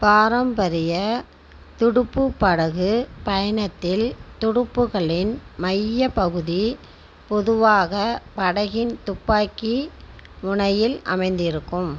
பாரம்பரிய துடுப்புப் படகுப் பயணத்தில் துடுப்புகளின் மையப்பகுதி பொதுவாக படகின் துப்பாக்கி முனையில் அமைந்திருக்கும்